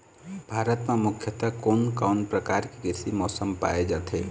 भारत म मुख्यतः कोन कौन प्रकार के कृषि मौसम पाए जाथे?